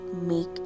make